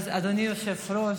אדוני היושב-ראש,